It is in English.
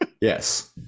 Yes